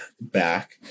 back